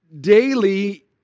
daily